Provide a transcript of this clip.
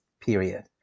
period